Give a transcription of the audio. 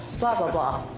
blah, blah.